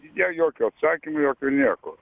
jie jokio atsakymo jokio nieko